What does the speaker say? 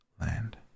land